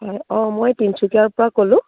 হয় অঁ মই তিনিচুকীয়াৰ পৰা ক'লোঁ